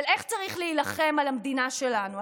איך צריך להילחם על המדינה שלנו,